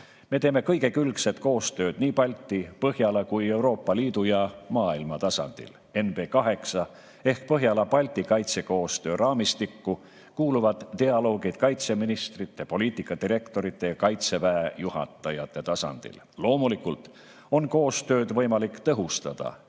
Me teeme kõigekülgset koostööd nii Balti, Põhjala kui ka Euroopa Liidu ja maailma tasandil. NB8 ehk Põhjala-Balti kaitsekoostöö raamistikku kuuluvad dialoogid kaitseministrite, poliitikadirektorite ja kaitseväe juhatajate tasandil. Loomulikult on koostööd võimalik tõhustada.